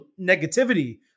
negativity